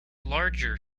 larger